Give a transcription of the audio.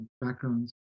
backgrounds